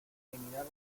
eliminar